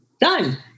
Done